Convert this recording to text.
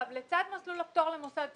לצד מסלול הפטור למוסד ציבורי,